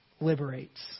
liberates